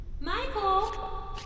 Michael